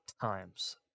Times